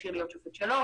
כשיר להיות שופט שלום,